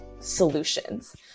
solutions